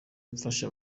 mfasha